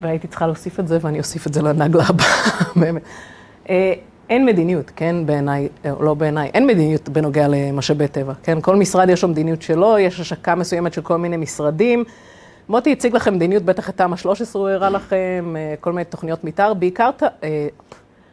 והייתי צריכה להוסיף את זה, ואני אוסיף את זה לנגלה הבאה באמת. אין מדיניות, כן, בעיניי, לא בעיניי, אין מדיניות בנוגע למשאבי הטבע, כן? כל משרד יש לו מדיניות שלו, יש השקה מסוימת של כל מיני משרדים. מוטי יציג לכם מדיניות, בטח את המה-13 הוא הראה לכם, כל מיני תוכניות מתאר, בעיקרת...